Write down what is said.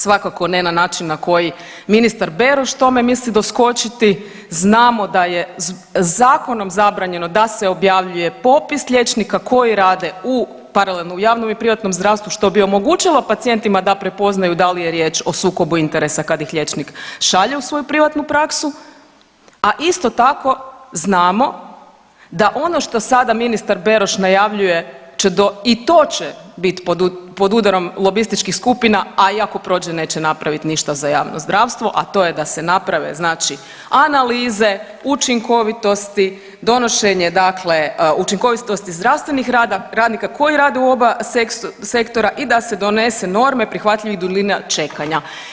Svakako ne na način na koji ministar Beroš tome misli doskočiti, znamo da je zakonom zabranjeno da se objavljuje popis liječnika koji rade u paralelno u javnom i privatnom zdravstvu što bi omogućilo pacijentima da prepoznaju da li je riječ o sukobu interesa kada ih liječnik šalje u svoju privatnu praksu, a isto tako znamo da ono što sada ministar Beroš najavljuje i to će biti pod udarom lobističkih skupina, a i ako prođe neće napraviti ništa za javno zdravstvo, a to je da se naprave znači analize učinkovitosti, donošenje dakle učinkovitosti zdravstvenih radnika koji rade u oba sektora i da se donese norme prihvatljivih duljina čekanja.